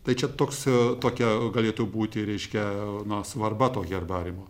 tai čia toks tokia galėtų būti reiškia na svarba to herbariumo